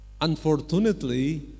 unfortunately